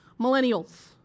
millennials